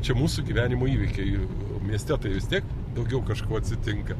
čia mūsų gyvenimo įvykiai mieste tai vis tiek daugiau kažko atsitinka